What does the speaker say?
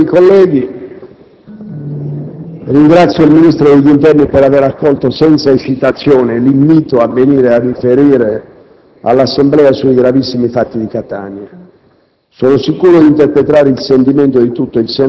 Onorevoli colleghi, ringrazio il Ministro dell'interno per aver accolto senza esitazione l'invito a venire a riferire all'Assemblea sui gravissimi fatti di Catania.